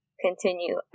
continue